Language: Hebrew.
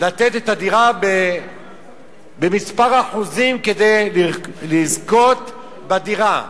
לתת את הדירה במספר אחוזים כדי לזכות בדירה,